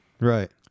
Right